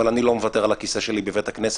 אבל אני לא מוותר על הכיסא שלי בבית הכנסת,